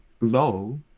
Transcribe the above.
low